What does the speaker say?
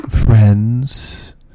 friends